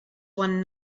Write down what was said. one